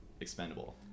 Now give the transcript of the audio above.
Expendable